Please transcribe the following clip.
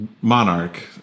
monarch